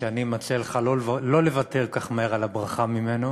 שאני מציע לך לא לוותר כל כך מהר על הברכה שלו,